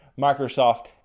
Microsoft